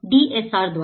DSR द्वारा